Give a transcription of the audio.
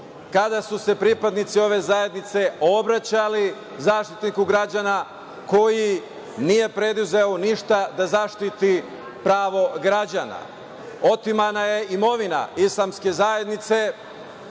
kada su se pripadnici ove zajednice obraćali Zaštitniku građana, koji nije preduzeo ništa da zaštiti pravo građana. Otimana je imovina Islamske zajednice,